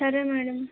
సరే మ్యాడమ్